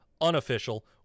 unofficial